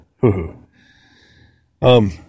hoo-hoo